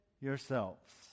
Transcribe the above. yourselves